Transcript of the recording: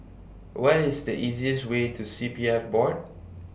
What IS The easiest Way to C P F Board